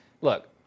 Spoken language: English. Look